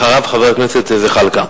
אחריו, חבר הכנסת זחאלקה.